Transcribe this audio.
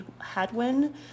Hadwin